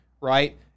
right